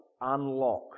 unlock